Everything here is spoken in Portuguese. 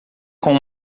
com